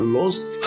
lost